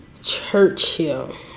Churchill